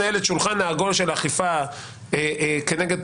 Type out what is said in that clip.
השולחן העגול הזה צריך לפעול ולהביא את כולם לייעל את הכלים שברשותם.